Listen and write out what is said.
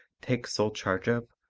take sole charge of,